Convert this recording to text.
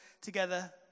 together